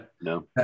no